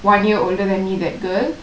one year older than me that girl